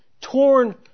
torn